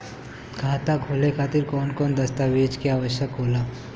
खाता खोले खातिर कौन कौन दस्तावेज के आवश्यक होला?